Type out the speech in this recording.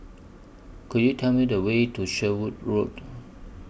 Could YOU Tell Me The Way to Sherwood Road